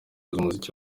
umuziki